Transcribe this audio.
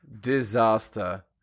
disaster